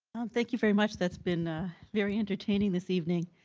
thank you very much. that's been ah very entertaining this evening.